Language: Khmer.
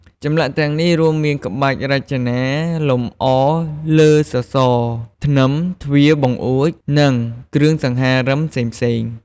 ចម្លាក់ទាំងនេះរួមមានក្បាច់រចនាលម្អលើសសរ ធ្នឹម ទ្វារ បង្អួច និងគ្រឿងសង្ហារឹមផ្សេងៗ។